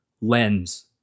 lens